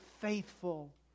faithful